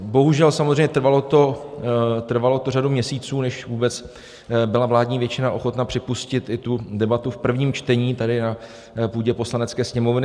Bohužel, samozřejmě trvalo to řadu měsíců, než vůbec byla vládní většina ochotna připustit i tu debatu v prvním čtení tady na půdě Poslanecké sněmovny.